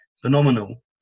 phenomenal